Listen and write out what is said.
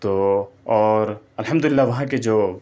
تو اور الحمدُ لِلّہ وہاں کے جو